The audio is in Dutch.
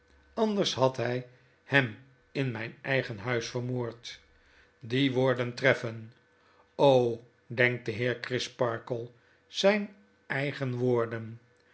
anders had hy hem in myn eigen huis vermoord die woorden treffen denkt de heer crisparkle zyn eigen woorden